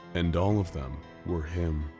and all of them were him.